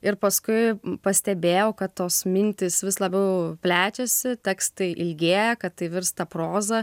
ir paskui pastebėjau kad tos mintys vis labiau plečiasi tekstai ilgėja kad tai virsta proza